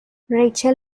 ریچل